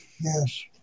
Yes